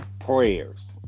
prayers